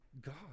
God